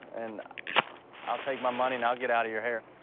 and i'll take my money, and i'll get out of your hair.